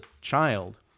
child